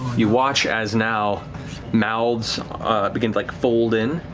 you watch as now mouths begin to like fold in,